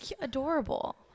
adorable